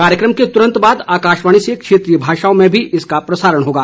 कार्यक्रम के तुरंत बाद आकाशवाणी से क्षेत्रीय भाषाओं में भी इसका प्रसारण होगा